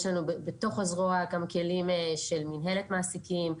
יש לנו בזרוע כלים של מנהלת מעסיקים,